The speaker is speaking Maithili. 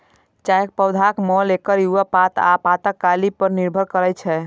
चायक पौधाक मोल एकर युवा पात आ पातक कली पर निर्भर करै छै